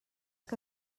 que